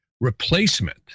replacement